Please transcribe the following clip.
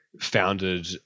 founded